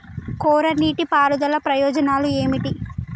కోరా నీటి పారుదల ప్రయోజనాలు ఏమిటి?